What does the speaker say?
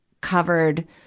covered